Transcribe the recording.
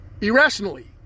irrationally